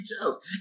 joke